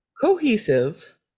cohesive